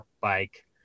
bike